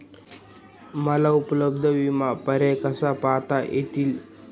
मला उपलब्ध विमा पर्याय कसे पाहता येतील?